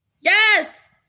Yes